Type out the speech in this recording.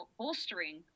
bolstering